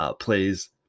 Plays